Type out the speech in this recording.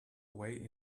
away